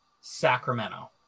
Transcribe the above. Sacramento